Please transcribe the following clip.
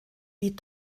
wie